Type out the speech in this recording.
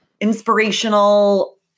inspirational